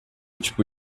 tipo